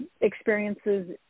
experiences